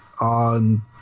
on